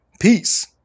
Peace